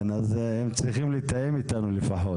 הם לפחות צריכים לתאם איתנו.